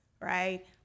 right